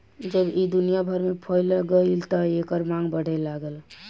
जब ई दुनिया भर में फइल गईल त एकर मांग बढ़े लागल